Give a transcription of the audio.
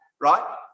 right